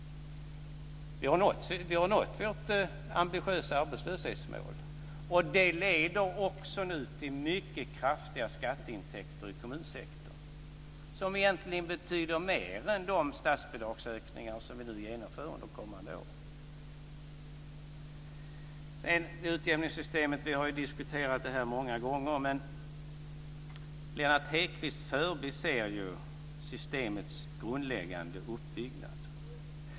Vi har nått vårt ambitiösa arbetslöshetsmål. Det leder nu också till mycket kraftiga skatteintäkter i kommunsektorn. Det betyder egentligen mer än de statsbidragsökningar som vi nu genomför under kommande år. Utjämningssystemet har vi diskuterat många gånger, men Lennart Hedquist förbiser ju systemets grundläggande uppbyggnad.